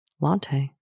latte